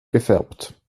gefärbt